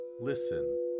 listen